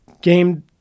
Game